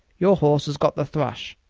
your horse has got the thrush,